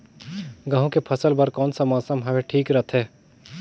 गहूं के फसल बर कौन सा मौसम हवे ठीक रथे?